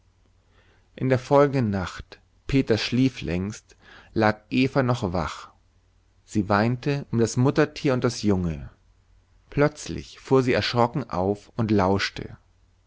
in der folgenden nacht peter schlief längst lag eva noch wach sie weinte um das muttertier und das junge plötzlich fuhr sie erschrocken auf und lauschte